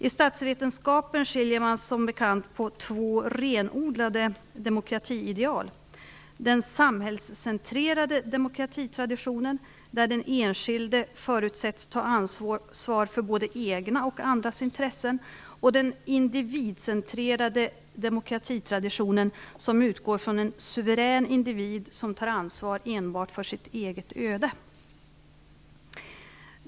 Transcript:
I statsvetenskapen skiljer vi på två renodlade demokratiideal: - Den samhällscentrerade demokratitraditionen där de enskilde förutsätts ta ansvar för både egna och andras intressen. - Den individcentrerade demokratitraditionen som utgår från en suverän individ som tar ansvar enbart för sitt eget öde.